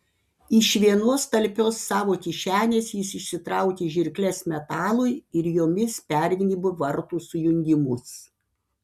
iš vienos talpios savo kišenės jis išsitraukė žirkles metalui ir jomis pergnybo vartų sujungimus